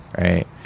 Right